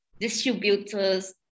distributors